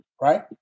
right